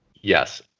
Yes